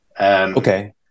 Okay